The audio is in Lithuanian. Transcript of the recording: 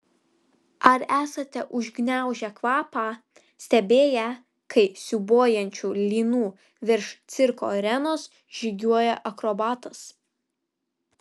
ar esate užgniaužę kvapą stebėję kai siūbuojančiu lynu virš cirko arenos žygiuoja akrobatas